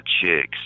chicks